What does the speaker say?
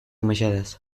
mesedez